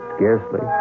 Scarcely